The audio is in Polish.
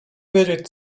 wiedzieć